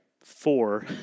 four